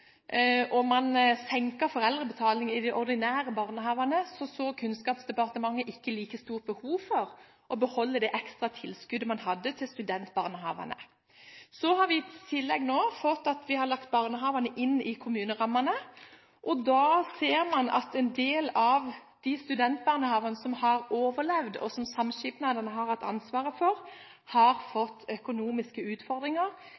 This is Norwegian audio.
og man senket foreldrebetalingen i de ordinære barnehagene, så Kunnskapsdepartementet ikke like stort behov for å beholde det ekstra tilskuddet man hadde til studentbarnehagene. Vi har i tillegg nå lagt barnehagene inn i kommunerammene. Da ser man at en del av de studentbarnehagene som har overlevd, og som samskipnadene har hatt ansvaret for, har fått økonomiske utfordringer